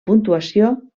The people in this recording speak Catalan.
puntuació